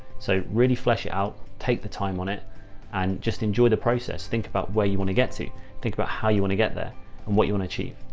so really flesh it out, take the time on it and just enjoy the process. think about where you want to get to think about how you want to get there and what you want achieve.